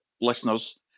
listeners